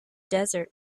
desert